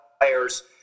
players